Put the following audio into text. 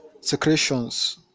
secretions